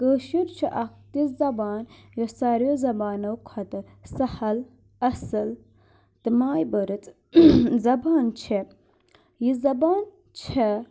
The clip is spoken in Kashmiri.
کٲشُر چھُ اَکھ تِژھ زَبان یۄس ساروِیو زَبانو کھۄتہٕ سَہل اَصٕل تہٕ ماے برٕژ زَبان چھِ یہِ زبان چھےٚ